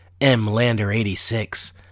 MLander86